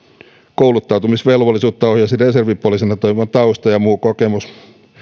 kouluttautumisvelvollisuutta ohjaisi reservipoliisina toimivan tausta ja muu kokemus